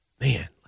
man